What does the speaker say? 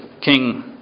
king